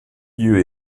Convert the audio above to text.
lieu